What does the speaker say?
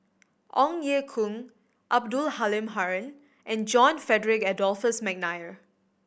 Ong Ye Kung Abdul Halim Haron and John Frederick Adolphus McNair